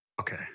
Okay